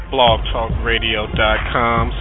BlogTalkRadio.com